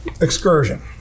excursion